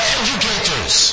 educators